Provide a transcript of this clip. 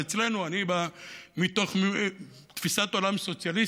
אני בא מתוך תפיסת עולם סוציאליסטית,